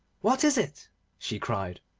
what is it she cried.